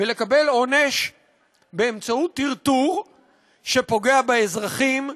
ולקבל עונש באמצעות טרטור שפוגע באזרחים,